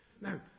now